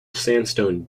sandstone